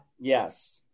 Yes